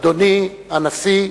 אדוני הנשיא,